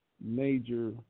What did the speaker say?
major